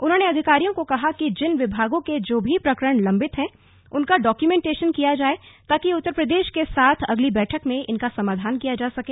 उन्होंने अधिकारियों को कहा कि जिन विभागों के जो भी प्रकरण लंबित हैं उनका डॉक्यूमेंटेशन किया जाए ताकि उत्तर प्रदेश के साथ अगली बैठक में इनका समाधान किया जा सके